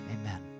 Amen